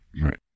Right